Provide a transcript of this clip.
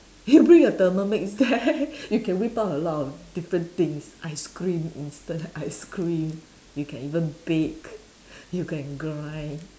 you bring your Thermomix there you can whip out a lot of different things ice cream instant ice cream you can even bake you can grind